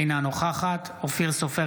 אינה נוכחת אופיר סופר,